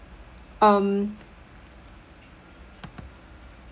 um